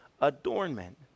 adornment